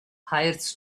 hires